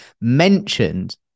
mentioned